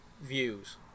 views